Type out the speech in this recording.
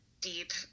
deep